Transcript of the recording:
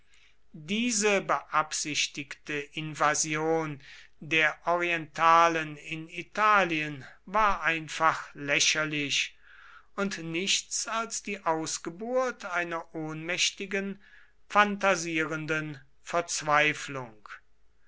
diese beabsichtigte invasion der orientalen in italien war einfach lächerlich und nichts als die ausgeburt einer ohnmächtigen phantasierenden verzweiflung